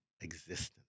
existence